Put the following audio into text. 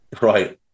Right